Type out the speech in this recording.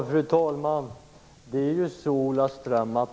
Fru talman!